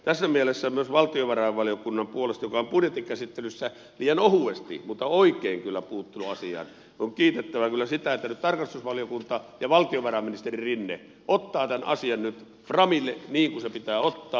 tässä mielessä myös valtiovarainvaliokunnan puolesta joka on budjettikäsittelyssä liian ohuesti mutta kyllä oikein puuttunut asiaan on kiitettävä sitä että nyt tarkastusvaliokunta ja valtiovarainministeri rinne ottavat tämän asian nyt framille niin kuin se pitää ottaa